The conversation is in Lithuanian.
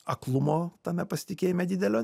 aklumo tame pasitikėjime didelio